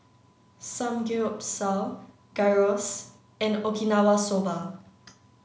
Samgeyopsal Gyros and Okinawa Soba